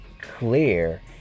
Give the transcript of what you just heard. clear